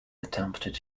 attempted